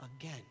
again